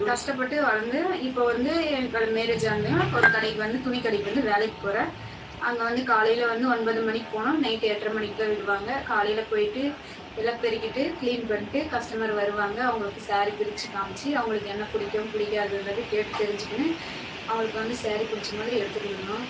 கஷ்டப்பட்டு வளர்ந்து இப்போ வந்து எங்களை மேரேஜ் ஆனோன்னேயும் ஒரு கடைக்கு வந்து துணிக்கடைக்கு வந்து வேலைக்கு போகிறேன் அங்கே வந்து காலைல வந்து ஒன்பது மணிக்கு போகணும் நைட்டு எட்ரை மணிக்கு தான் விடுவாங்கள் காலையில் போயிட்டு எல்லாம் பெருக்கிட்டு கிளீன் பண்ணிட்டு கஸ்டமர் வருவாங்கள் அவங்களுக்கு ஸாரி பிரித்து காமிச்சி அவங்களுக்கு என்ன புடிக்கும் பிடிக்காதுன்றத கேட்டுத் தெரிஞ்சிக்கினு அவங்களுக்கு வந்து ஸாரி பிடிச்சமாதிரி எடுத்துக்குடுக்கணும்